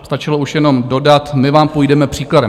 Stačilo už jenom dodat my vám půjdeme příkladem.